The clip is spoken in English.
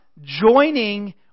joining